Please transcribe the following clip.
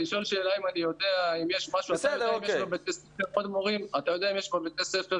לשאול שאלה אם אני יודע אם יש משהו אתה יודע אם יש בבתי ספר,